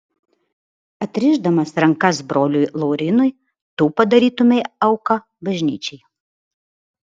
atrišdamas rankas broliui laurynui tu padarytumei auką bažnyčiai